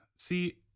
See